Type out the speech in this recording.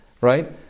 right